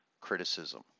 Criticism